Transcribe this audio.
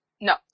No